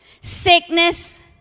sickness